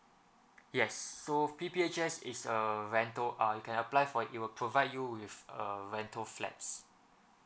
yes so P_P_H_S is a rental uh you can apply for it it will provide you with a rental flats